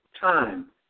time